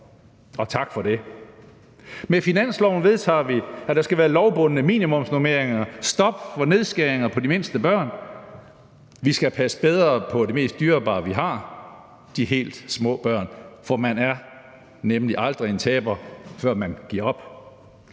og tak for det. Med finansloven vedtager vi, at der skal være lovbundne minimumsnormeringer, stop for nedskæringer for de mindste børn. Vi skal passe bedre på det mest dyrebare, vi har, nemlig de helt små børn. For man er nemlig aldrig en taber, før man giver op.